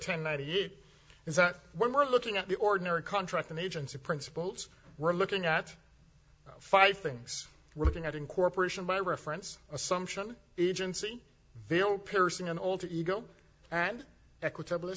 een ninety eight is that when we're looking at the ordinary contract and agency principles we're looking at five things we're looking at incorporation by reference assumption agency feel piercing and alter ego and equitable